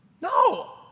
no